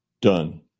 done